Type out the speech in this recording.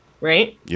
right